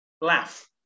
laugh